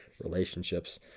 relationships